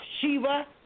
Shiva